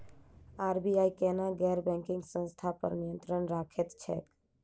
RBI केना गैर banking संस्था पर नियत्रंण राखैत छैक?